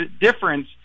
difference